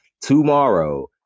tomorrow